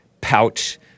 pouch